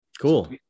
Cool